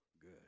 good